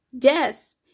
yes